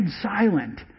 silent